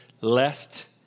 lest